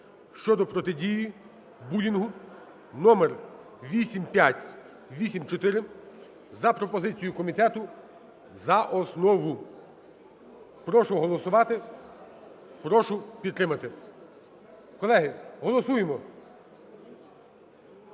щодо протидії булінгу (№ 8584) за пропозицією комітету за основу. Прошу голосувати. Прошу підтримати. Колеги, голосуємо.